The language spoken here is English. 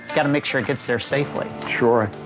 gotta make sure it gets there safely. sure.